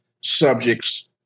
subjects